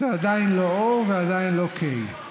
ועדין לא "קיי".